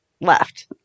left